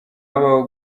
habaho